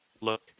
look